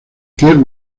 keith